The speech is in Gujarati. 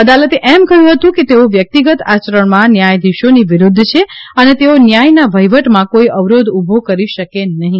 અદાલતે એમ કહ્યું હતું કે તેઓ વ્યક્તિગત આચરણમાં ન્યાયાધીશોની વિરુદ્ધ છે અને તેઓ ન્યાયના વહીવટમાં કોઈ અવરોધ ઊભો કરી શકે નહીં